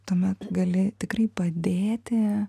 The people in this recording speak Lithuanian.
tuomet gali tikrai padėti